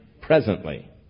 presently